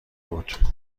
بود